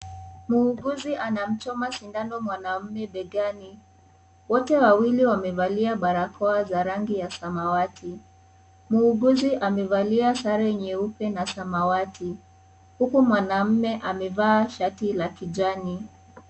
Muuguzi anamchoma sindano mwanaume begani wote wawili wamevalia barakoa ya rangi ya samawati muuguzi amevalia sare nyeupe na samawati huku mwanaume amevaa shati la kijani.